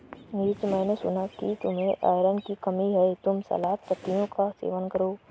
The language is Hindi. नीरज मैंने सुना कि तुम्हें आयरन की कमी है तुम सलाद पत्तियों का सेवन करो